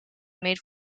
made